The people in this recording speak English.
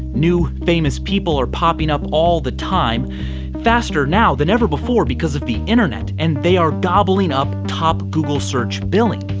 new famous people are popping up all the time faster now than ever before because of the internet and they are gobbling up top google search billing.